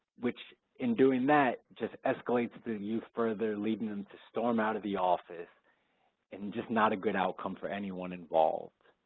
which in doing that just escalates the youth further, leading them to storm out of the office and just not a good outcome for anyone involved.